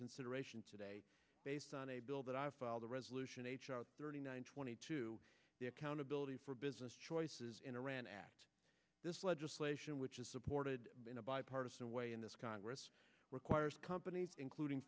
consideration today based on a bill that i filed the resolution eight thirty nine twenty two the accountability for business choices in iran asked this legislation which is supported in a bipartisan way in this congress requires companies including